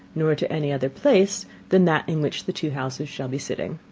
nor to any other place than that in which the two houses shall be sitting.